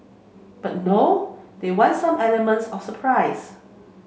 but no they want some elements of surprise